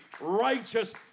righteous